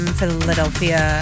Philadelphia